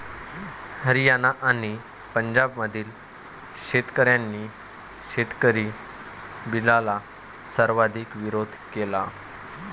हरियाणा आणि पंजाबमधील शेतकऱ्यांनी शेतकरी बिलला सर्वाधिक विरोध केला